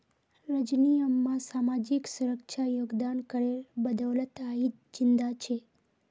रजनी अम्मा सामाजिक सुरक्षा योगदान करेर बदौलत आइज जिंदा छ